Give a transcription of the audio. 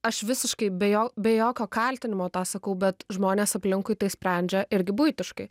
aš visiškai be jo be jokio kaltinimo tą sakau bet žmonės aplinkui tai sprendžia irgi buitiškai